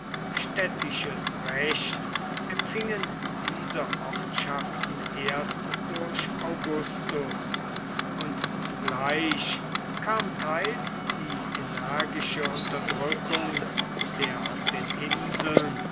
städtisches recht empfingen diese ortschaften erst durch augustus und zugleich kam teils die energische unterdrückung der auf den inseln